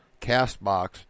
CastBox